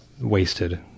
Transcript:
wasted